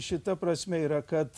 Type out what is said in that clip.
šita prasme yra kad